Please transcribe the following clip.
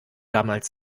damals